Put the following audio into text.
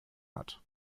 hat